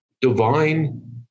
divine